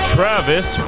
Travis